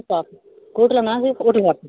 hotel Fortune